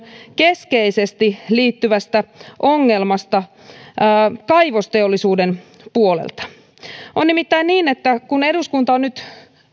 keskeisesti liittyvästä ongelmasta kaivosteollisuuden puolelta on nimittäin niin että kun eduskunta on nyt